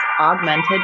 Augmented